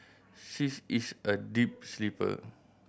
she's is a deep sleeper